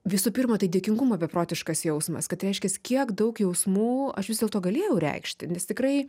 visų pirma tai dėkingumo beprotiškas jausmas kad reiškias kiek daug jausmų aš vis dėlto galėjau reikšti nes tikrai